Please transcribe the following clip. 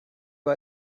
bei